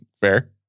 Fair